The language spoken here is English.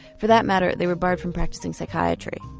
for that matter they were barred from practising psychiatry,